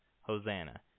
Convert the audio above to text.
Hosanna